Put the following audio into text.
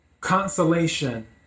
Consolation